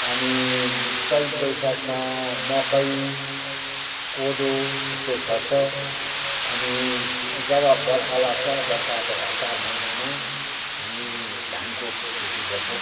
अनि चैत वैशाखमा मकै कोदो यस्तो छर्छ अनि जब बर्खा लाग्छ बर्खा अब असार महिनामा हामी धानको खेती गर्छौँ